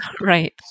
Right